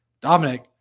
Dominic